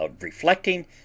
reflecting